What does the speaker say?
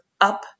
up-